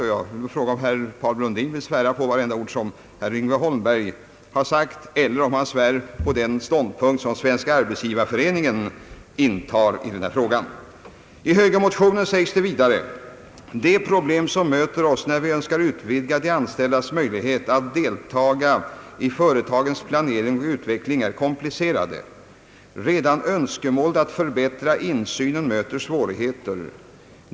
Jag vill fråga om herr Brundin vill svära på vad herr Yngve Holmberg har sagt eller om han svär på den ståndpunkt som Svenska arbetsgivareföreningen intar i denna fråga. Det är nämligen två skilda ståndpunkter. I högermotionen sägs vidare: »De problem som möter oss när vi önskar utvidga de anställdas möjlighet att deltaga i företagens planering och utveckling är komplicerade. Redan önskemålet att förbättra insynen möter svårigheter.